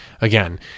Again